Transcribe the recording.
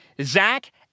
Zach